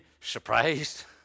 surprised